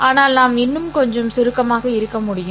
ஆனால் நாம் இன்னும் கொஞ்சம் சுருக்கமாக இருக்க முடியும்